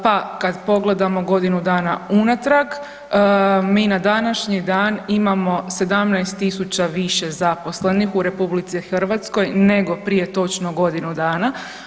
Pa kad pogledamo godinu dana unatrag mi na današnji dan imamo 17000 više zaposlenih u RH nego prije točno godinu dana.